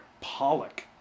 Pollock